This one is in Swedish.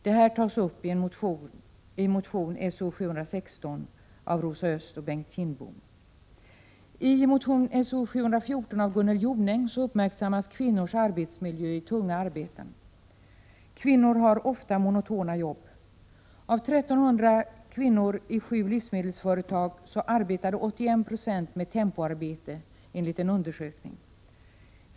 Detta tas upp i motion S0716 av Rosa Östh och Bengt Kindbom. livsmedelsföretag arbetade 81 20 med tempoarbete, enligt en undersökning.